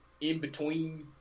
in-between